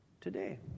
today